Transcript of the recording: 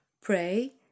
Pray